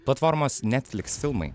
platformos netflix filmai